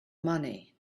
money